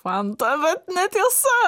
fanta bet ne tiesa